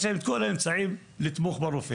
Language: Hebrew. יש להם את כל האמצעים לתמוך ברופא.